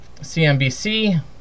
CNBC